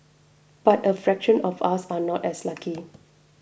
but a fraction of us are not as lucky